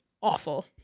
awful